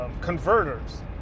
converters